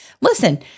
Listen